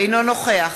אינו נוכח